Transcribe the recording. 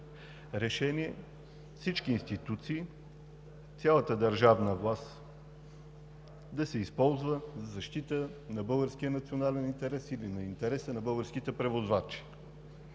Решението е всички институции, цялата държавна власт да се използва за защита на българския национален интерес или на интереса на българските превозвачи.